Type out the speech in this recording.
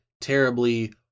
terribly